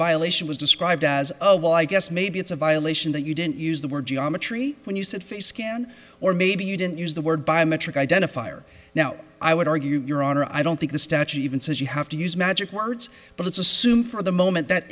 violation was described as oh well i guess maybe it's a violation that you didn't use the word geometry when you said face scan or maybe you didn't use the word biometric identifier now i would argue your honor i don't think the statute even says you have to use magic words but it's assume for the moment that